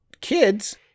Kids